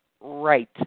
right